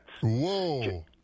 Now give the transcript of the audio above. Whoa